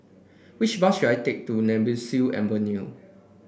which bus should I take to Nemesu Avenue